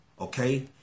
okay